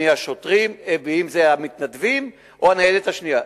מי השוטרים ואם זה המתנדבים או הניידת השנייה.